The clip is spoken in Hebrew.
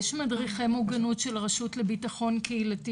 יש מדריכי מוגנות של רשות לביטחון קהילתי,